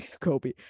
kobe